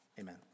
Amen